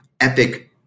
epic